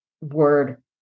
word